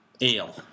ale